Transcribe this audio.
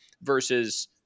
versus